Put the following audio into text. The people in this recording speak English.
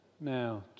now